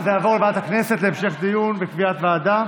33, אין מתנגדים, אין נמנעים.